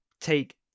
take